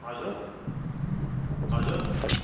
हजुर हजुर